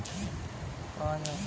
সাস্থ্য বিমা কি ভাবে পাওয়া যায়?